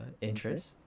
interest